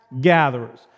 gatherers